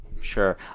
Sure